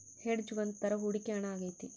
hedge ಒಂದ್ ತರ ಹೂಡಿಕೆ ಹಣ ಆಗೈತಿ